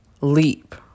leap